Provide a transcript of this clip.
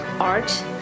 art